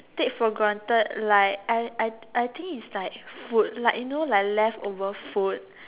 take for granted like I I I think is like food like you know like leftover food